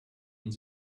und